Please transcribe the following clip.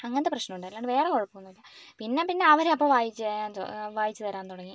അങ്ങനത്തെ പ്രശ്നമുണ്ട് അല്ലാണ്ട് വേറെ കുഴപ്പമൊന്നുല്ല പിന്നെ പിന്നെ അവർ അപ്പം വായിച്ച് വായിച്ച് തരാൻ തുടങ്ങി